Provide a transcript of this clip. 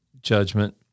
judgment